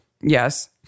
Yes